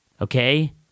Okay